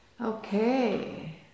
okay